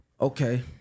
okay